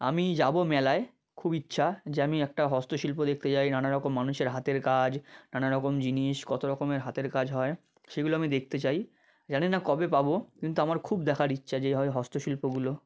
আমি যাব মেলায় খুব ইচ্ছা যে আমি একটা হস্ত শিল্প দেখতে যাই নানা রকম মানুষের হাতের কাজ নানা রকম জিনিস কত রকমের হাতের কাজ হয় সেগুলো আমি দেখতে চাই জানি না কবে পাব কিন্তু আমার খুব দেখার ইচ্ছা যে হয় হস্তশিল্পগুলো